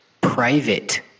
Private